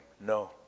No